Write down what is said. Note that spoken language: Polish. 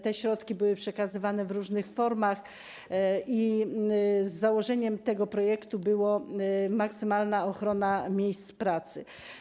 Te środki były przekazywane w różnych formach i założeniem tego projektu była maksymalna ochrona miejsc pracy.